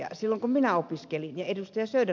silloin kun minä opiskelin ja ed